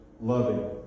loving